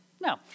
No